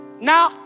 Now